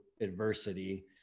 adversity